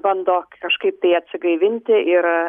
bando kažkaip tai atsigaivinti ir